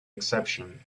exception